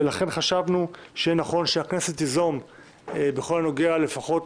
ולכן חשבנו שיהיה נכון שהכנסת תיזום בכל הנוגע לפחות